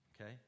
Okay